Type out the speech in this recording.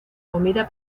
comida